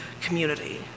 community